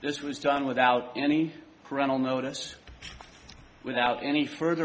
this was done without any parental notice without any further